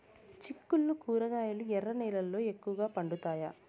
చిక్కుళ్లు కూరగాయలు ఎర్ర నేలల్లో ఎక్కువగా పండుతాయా